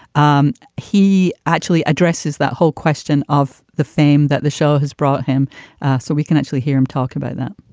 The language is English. um he actually addresses that whole question of the fame that the show has brought him so we can actually hear him talk about that